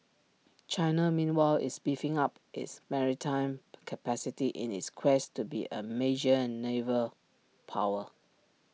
China meanwhile is beefing up its maritime capacity in its quest to be A major naval power